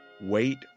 Wait